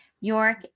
York